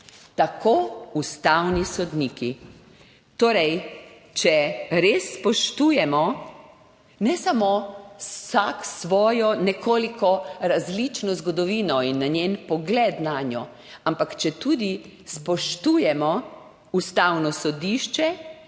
Tako ustavni sodniki. Torej, če res spoštujemo ne samo vsak svojo nekoliko različno zgodovino in njen pogled nanjo, ampak če tudi spoštujemo Ustavno sodišče,